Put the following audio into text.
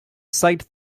site